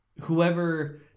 Whoever